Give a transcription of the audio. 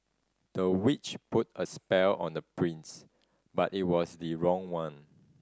the witch put a spell on the prince but it was the wrong one